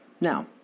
Now